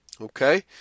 okay